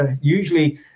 usually